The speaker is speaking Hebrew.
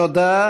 תודה.